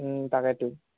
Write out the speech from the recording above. তাকেতো